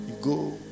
go